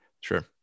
Sure